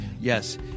yes